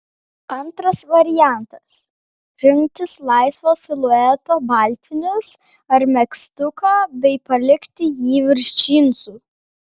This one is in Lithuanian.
antras variantas rinktis laisvo silueto baltinius ar megztuką bei palikti jį virš džinsų